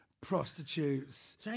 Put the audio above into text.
prostitutes